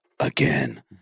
again